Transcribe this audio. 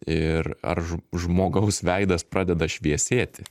ir ar ž žmogaus veidas pradeda šviesėti